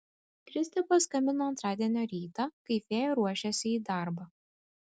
kristė paskambino antradienio rytą kai fėja ruošėsi į darbą